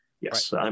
yes